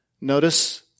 Notice